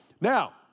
Now